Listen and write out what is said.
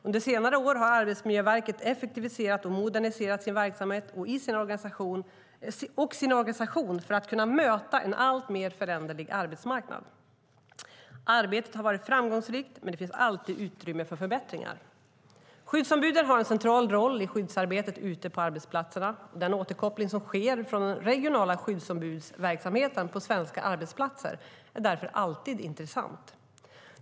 Under senare år har Arbetsmiljöverket effektiviserat och moderniserat sin verksamhet och sin organisation för att kunna möta en alltmer föränderlig arbetsmarknad. Arbetet har varit framgångsrikt, men det finns alltid utrymme för förbättringar. Skyddsombuden har en central roll i skyddsarbetet ute på arbetsplatserna. Den återkoppling som sker från den regionala skyddsombudsverksamheten på svenska arbetsplatser är därför alltid intressant.